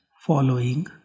following